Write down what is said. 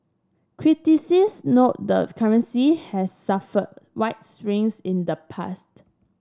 critics note the currency has suffered wild swings in the past